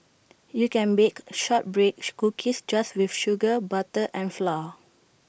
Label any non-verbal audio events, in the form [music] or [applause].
you can bake shortbread [noise] cookies just with sugar butter and flour